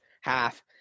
half